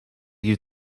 you